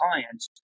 clients